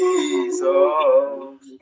Jesus